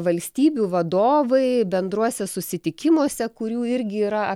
valstybių vadovai bendruose susitikimuose kurių irgi yra